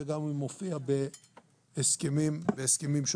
וגם אם הוא מופיע בהסכמים שונים.